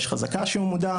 יש חזקה שהוא מודע,